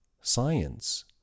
Science